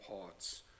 parts